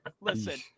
Listen